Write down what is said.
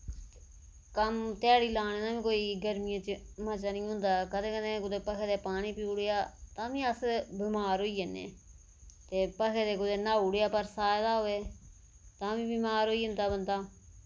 कम्म ध्याड़ी लाने दा बी कोई गर्मियें च मजा निं होंदा कदें कदें कुतै भखे दे पानी पी ओड़ेआ तां मी अस बमार होई जन्ने ते भखे दे कुतै न्हाई ओड़ेआ परसा आए दा होऐ तां बी बमार होई जंदा बंदा